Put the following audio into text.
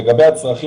מעבר לזה,